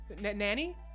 nanny